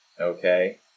okay